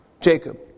Jacob